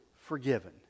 forgiven